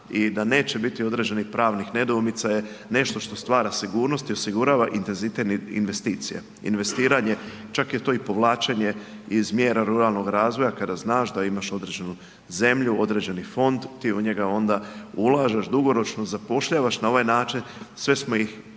i da neće biti određenih pravnih nedoumica je nešto što stvara sigurnost i osigurava intenzitet investicija. Investiranje, čak je to i povlačenje iz mjera ruralnog razvoja kada znaš da imaš određenu zemlju, određeni fond, ti u njega onda ulažeš, dugoročno zapošljavaš, na ovaj način sve smo ih zbremzali